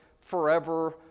forever